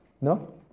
No